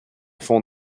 fond